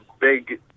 big